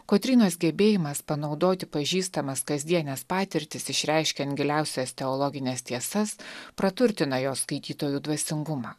kotrynos gebėjimas panaudoti pažįstamas kasdienes patirtis išreiškiant giliausias teologines tiesas praturtina jos skaitytojų dvasingumą